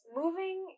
moving